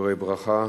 דברי ברכה.